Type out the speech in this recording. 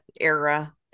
era